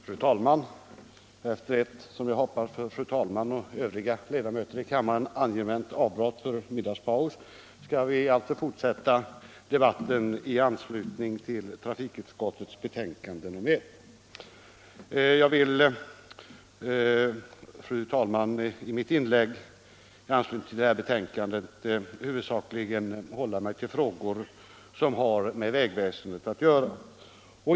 Fru talman! Efter ett som jag hoppas för fru talmannen och övriga ledamöter av kammaren angenämt avbrott för middagspaus skall vi fortsätta debatten i anslutning till trafikutskottets betänkande nr 1. Jag vill i mitt inlägg i anslutning till detta betänkande huvudsakligen hålla mig till frågor som har med vägväsendet att göra.